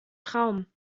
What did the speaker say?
traum